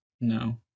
no